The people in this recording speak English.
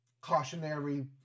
cautionary